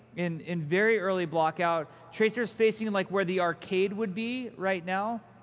in in very early block-out. tracer's facing and like where the arcade would be right now.